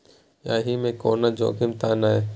एहि मे कोनो जोखिम त नय?